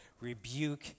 rebuke